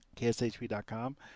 kshp.com